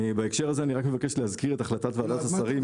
בהקשר הזה אני רק מבקש להזכיר את החלטת השרים.